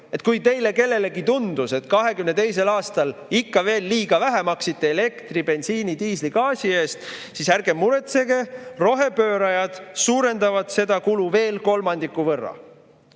Kui teist kellelegi tundus, et 2022. aastal ikka veel liiga vähe maksite elektri, bensiini, diisli ja gaasi eest, siis ärge muretsege, rohepöörajad suurendavad seda kulu veel kolmandiku võrra,